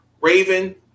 Raven